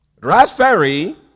Raspberry